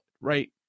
right